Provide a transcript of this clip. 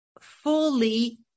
fully